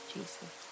Jesus